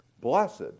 Blessed